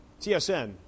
TSN